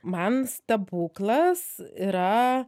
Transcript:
man stebuklas yra